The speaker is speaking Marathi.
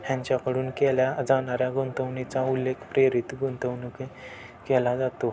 ह्यांच्याकडून केल्या जाणाऱ्या गुंतवणीचा उल्लेख प्रेरित गुंतवणूकी केला जातो